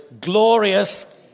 Glorious